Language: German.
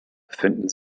befinden